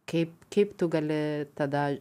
kaip kaip tu gali tada